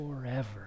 forever